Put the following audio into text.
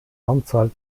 anzahl